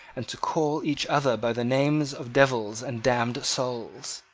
and to call each other by the names of devils and damned souls.